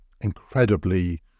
incredibly